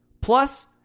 Plus